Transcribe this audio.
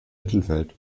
mittelfeld